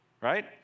right